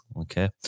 okay